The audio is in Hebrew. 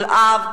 כל אב,